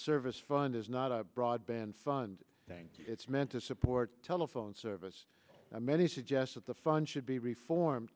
service fund is not a broadband fund thing it's meant to support telephone service many suggest that the fund should be reformed